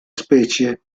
specie